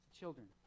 children